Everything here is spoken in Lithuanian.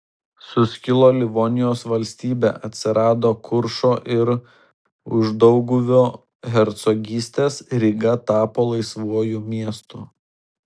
suskilo livonijos valstybė atsirado kuršo ir uždauguvio hercogystės ryga tapo laisvuoju miestu